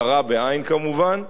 קרע בעי"ן כמובן.